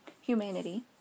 humanity